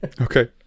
Okay